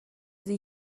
sie